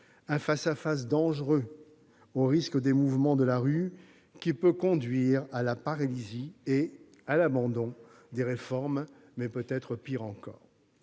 un face-à-face dangereux, soumis au risque des mouvements de la rue, pouvant conduire à la paralysie et à l'abandon des réformes, mais peut-être à pire encore.